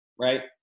right